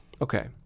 Okay